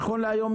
נכון להיום,